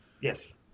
Yes